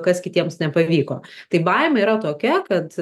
kas kitiems nepavyko tai baimė yra tokia kad